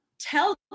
tell